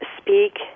speak